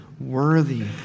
Worthy